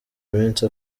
iminsi